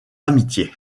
amitié